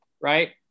right